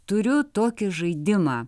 turiu tokį žaidimą